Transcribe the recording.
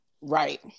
Right